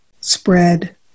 spread